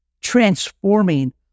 transforming